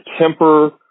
temper